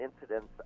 incidents